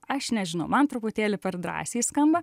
aš nežinau man truputėlį per drąsiai skamba